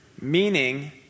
Meaning